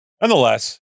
nonetheless